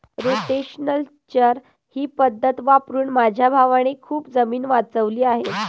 rotational चर ही पद्धत वापरून माझ्या भावाने खूप जमीन वाचवली आहे